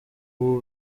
wowe